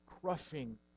crushing